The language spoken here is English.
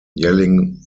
yelling